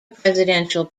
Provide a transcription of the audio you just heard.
presidential